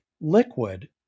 liquid